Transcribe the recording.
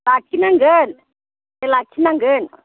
लाखिनांगोन लाखिनांगोन